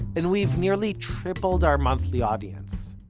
and we've nearly tripled our monthly audience.